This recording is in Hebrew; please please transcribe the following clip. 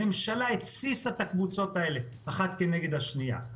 הממשלה התסיסה את הקבוצות האלה אחת כנגד השנייה.